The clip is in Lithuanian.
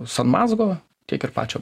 sanmazgo tiek ir pačio